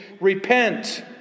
repent